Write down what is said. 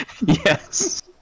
Yes